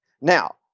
Now